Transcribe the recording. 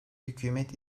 hükümet